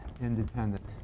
independent